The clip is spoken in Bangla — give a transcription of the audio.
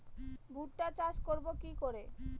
ভুট্টা চাষ করব কি করে?